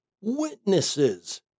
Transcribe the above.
witnesses